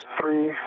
Three